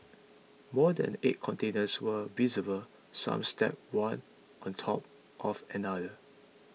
more than eight containers were visible some stacked one on top of another